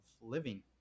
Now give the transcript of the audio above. living